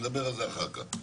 נדבר על זה אחר כך.